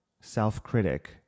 self-critic